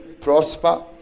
prosper